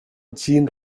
jean